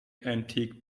antique